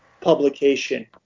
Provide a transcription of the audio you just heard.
publication